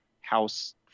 house